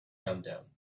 countdown